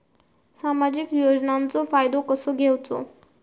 सामाजिक योजनांचो फायदो कसो घेवचो?